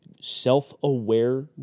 self-aware